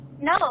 No